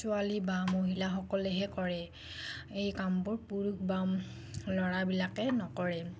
ছোৱালী বা মহিলাসকলেহে কৰে এই কামবোৰ পুৰুষ বা ল'ৰাবোৰে নকৰে